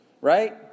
right